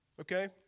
Okay